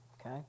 okay